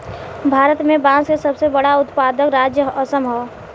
भारत में बांस के सबसे बड़का उत्पादक राज्य असम ह